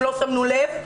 אם לא שמנו לב,